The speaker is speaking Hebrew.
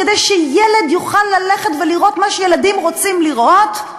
כדי שילד יוכל ללכת ולראות מה שילדים רוצים לראות,